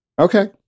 Okay